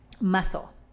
muscle